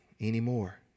anymore